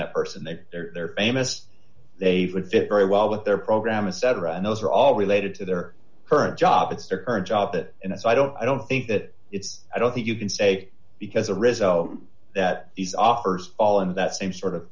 that person that they're famous they would fit very well with their program and cetera and those are all related to their current job it's their current job that and it's i don't i don't think that it's i don't think you can say because the result that these offers all in that same sort of